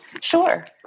Sure